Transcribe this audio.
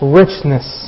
richness